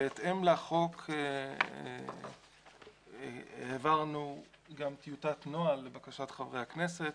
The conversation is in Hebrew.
בהתאם לחוק העברנו גם טיוטת נוהל לבקשת חברי הכנסת,